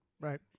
right